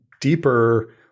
deeper